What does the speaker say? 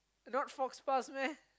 not faux pas meh